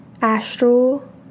astral